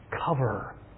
cover